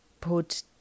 put